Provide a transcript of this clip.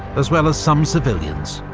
as well as some civilians.